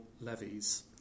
levies